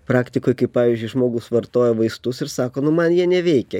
praktikoj kai pavyzdžiui žmogus vartoja vaistus ir sako nu man jie neveikia